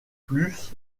plus